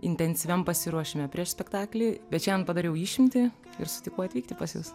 intensyviam pasiruošime prieš spektaklį bet šiandien padariau išimtį ir sutikau atvykti pas jus